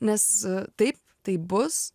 nes taip tai bus